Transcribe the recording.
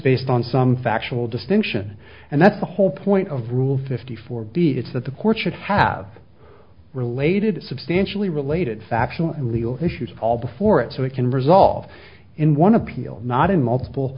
based on some factual distinction and that's the whole point of rule fifty four b is that the court should have related it substantially related factual and legal issues all before it so it can result in one appeal not in multiple